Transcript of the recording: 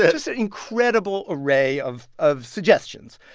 yeah just an incredible array of of suggestions.